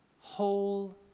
whole